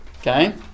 okay